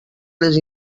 les